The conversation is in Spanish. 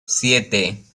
siete